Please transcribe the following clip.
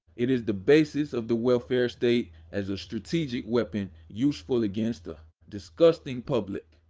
it is the basis of the welfare state as a strategic weapon, useful against a disgusting public.